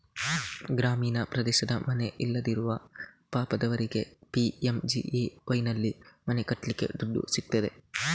ಗ್ರಾಮೀಣ ಪ್ರದೇಶದ ಮನೆ ಇಲ್ಲದಿರುವ ಪಾಪದವರಿಗೆ ಪಿ.ಎಂ.ಜಿ.ಎ.ವೈನಲ್ಲಿ ಮನೆ ಕಟ್ಲಿಕ್ಕೆ ದುಡ್ಡು ಸಿಗ್ತದೆ